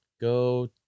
go